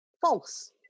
False